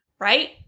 Right